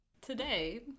Today